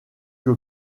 que